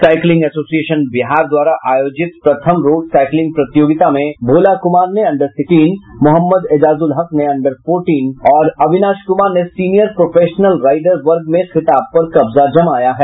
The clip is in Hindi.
साइक्लिंग एसोसिएशन बिहार द्वारा आयोजित प्रथम रोड साईक्लिंग प्रतियोगिता में भोला कुमार ने अन्डर सिक्सटीन मोहम्मद एजाजुल हक ने अन्डर नाईनटीन और अविनाश कुमार ने सीनियर प्रोफेशनल राईडर वर्ग में खिताब पर कब्जा जमाया है